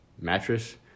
mattress